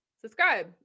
subscribe